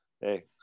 hey